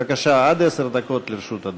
בבקשה, עד עשר דקות לרשות אדוני.